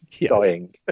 Dying